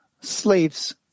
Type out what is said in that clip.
slaves